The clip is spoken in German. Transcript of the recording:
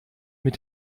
mit